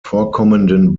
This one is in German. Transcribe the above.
vorkommenden